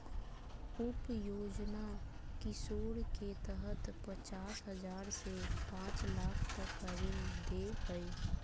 उप योजना किशोर के तहत पचास हजार से पांच लाख तक का ऋण दे हइ